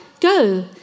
go